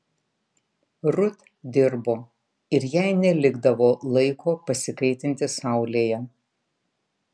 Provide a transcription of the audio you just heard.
rut dirbo ir jai nelikdavo laiko pasikaitinti saulėje